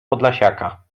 podlasiaka